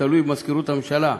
זה תלוי במזכירות הממשלה,